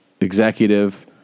executive